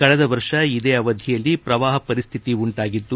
ಕಳೆದ ವರ್ಷ ಇದೇ ಅವಧಿಯಲ್ಲಿ ಶ್ರವಾಹ ಪರಿಸ್ಥಿತಿ ಉಂಟಾಗಿತ್ತು